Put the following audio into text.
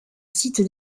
site